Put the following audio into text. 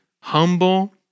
Humble